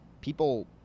people